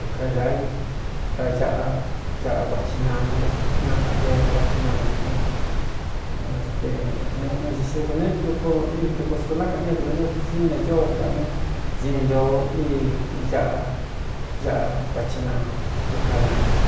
duka āa i dka ñaꞌa aꞌa kuachi nano inakaꞌan io kuachin nango jun éste nɨɨ ɨn i xikune tuku í tuku skunákaꞌan ñádɨ̄o né ūsí ne īóo iꞌa ne sini io í aꞌa aꞌa kuachi nango duka nanii.